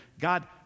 God